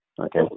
okay